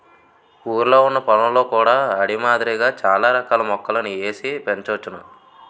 ఊరిలొ ఉన్న పొలంలో కూడా అడవి మాదిరిగా చాల రకాల మొక్కలని ఏసి పెంచోచ్చును